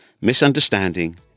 misunderstanding